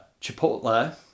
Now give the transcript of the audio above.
Chipotle